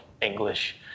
English